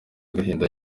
agahinda